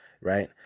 right